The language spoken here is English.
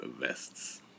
vests